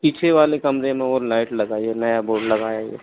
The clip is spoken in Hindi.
पीछे वाले कमरे में और लाइट लगाईये नया बोर्ड लगायेंगे